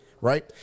right